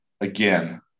Again